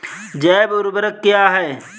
जैव ऊर्वक क्या है?